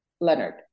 Leonard